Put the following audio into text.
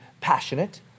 passionate